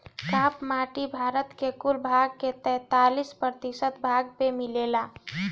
काप माटी भारत के कुल भाग के तैंतालीस प्रतिशत भाग पे मिलेला